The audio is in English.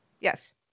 yes